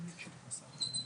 נכון?